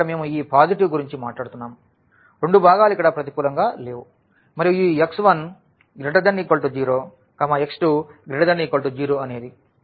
కాబట్టి ఇక్కడ మేము ఈ పాజిటివ్ గురించి మాట్లాడుతున్నాము రెండు భాగాలు ఇక్కడ ప్రతికూలంగా లేవు మరియు ఈ x1≥0x2≥0 అనేది